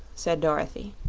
said dorothy.